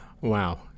Wow